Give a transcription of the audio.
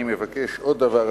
אני מבקש עוד דבר,